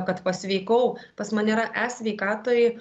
kad pasveikau pas mane yra e sveikatoj